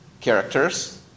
characters